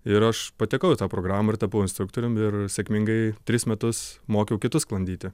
ir aš patekau į tą programą ir tapau instruktorium ir sėkmingai tris metus mokiau kitus sklandyti